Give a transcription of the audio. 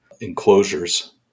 enclosures